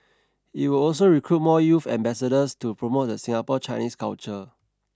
it will also recruit more youth ambassadors to promote the Singapore Chinese culture